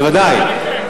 בוודאי.